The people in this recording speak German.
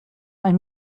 ein